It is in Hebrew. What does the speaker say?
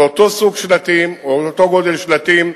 זה אותו סוג שלטים, זה אותו גודל שלטים.